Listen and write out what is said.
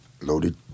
Loaded